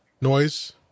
noise